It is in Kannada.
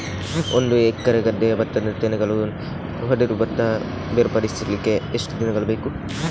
ಒಂದು ಎಕರೆ ಗದ್ದೆಯ ಭತ್ತದ ತೆನೆಗಳನ್ನು ಹೊಡೆದು ಭತ್ತ ಬೇರ್ಪಡಿಸಲಿಕ್ಕೆ ಎಷ್ಟು ದಿನಗಳು ಬೇಕು?